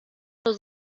los